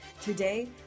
Today